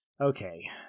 okay